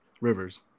Rivers